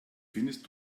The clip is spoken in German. findest